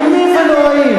איומים ונוראים.